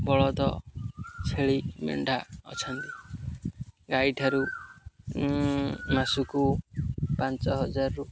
ବଳଦ ଛେଳି ମେଣ୍ଢା ଅଛନ୍ତି ଗାଈଠାରୁ ମାସକୁ ପାଞ୍ଚ ହଜାରରୁ